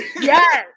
Yes